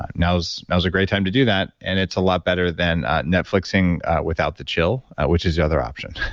now's now's a great time to do that. and it's a lot better than netflixing without the chill, which is the other option.